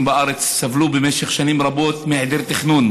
בארץ סבלו במשך שנים רבות מהיעדר תכנון.